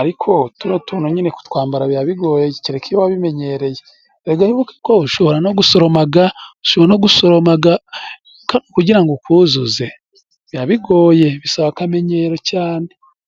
ariko turiya tuntu nyine kutwambara biba bigoye kereka iyo wabimenyereye. Erega wibuke ko ushobora no gusoromaga ushobora no gusoromaga ka kugira ngo ukuzuze biba bigoye bisaba akamenyero cyane!